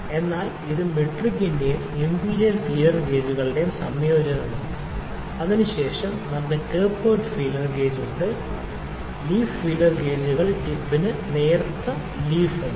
അതിനാൽ ഇത് മെട്രിക്കിന്റെയും ഇംപീരിയൽ ഫീലർ ഗേജുകളുടെയും സംയോജനമാണ് അതിനുശേഷം നമുക്ക് ടാപ്പേർഡ് ഫീലർ ഗേജ് ഉണ്ട് ലീഫ് ഫീലർ ഗേജുകൾക്ക് ടിപ്പിന് നേർത്ത നേർത്ത ലീഫ്ണ്ട്